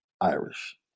irish